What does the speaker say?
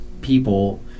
people